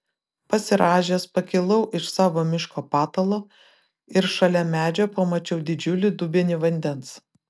pasirąžęs pakilau iš savo miško patalo ir šalia medžio pamačiau didžiulį dubenį vandens